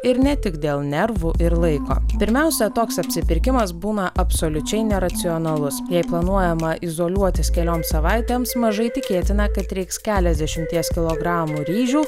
ir ne tik dėl nervų ir laiko pirmiausia toks apsipirkimas būna absoliučiai neracionalus jei planuojama izoliuotis kelioms savaitėms mažai tikėtina kad reiks keliasdešimties kilogramų ryžių